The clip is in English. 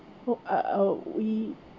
who uh we